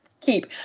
keep